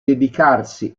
dedicarsi